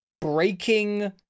breaking